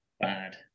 bad